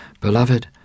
Beloved